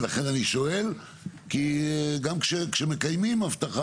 ולכן אני שואל כי גם כשמקיימים הבטחה